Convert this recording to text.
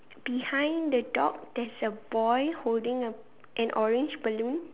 behind the dog there's a boy holding an orange balloon